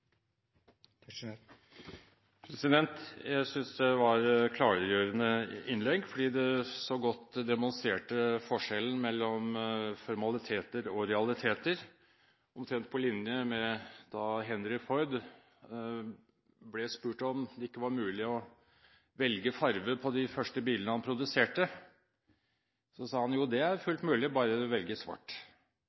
Jeg synes det har vært klargjørende innlegg fordi de så godt har demonstrert forskjellen mellom formaliteter og realiteter – omtrent på linje med da Henry Ford ble spurt om det ikke var mulig å velge farge på de første bilene han produserte. Da sa han: Jo, det er fullt mulig, bare du velger svart.